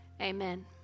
Amen